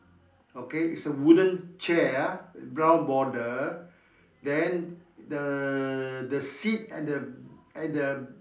okay is a wooden chair ah brown border then the the seat and the and the